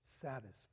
satisfied